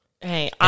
Hey